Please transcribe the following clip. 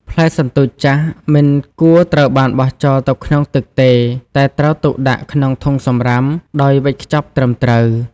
ផ្លែសន្ទូចចាស់ មិនគួរត្រូវបានបោះចោលទៅក្នុងទឹកទេ តែត្រូវទុកដាក់ក្នុងធុងសំរាមដោយវេចខ្ចប់ត្រឹមត្រូវ។